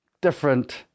different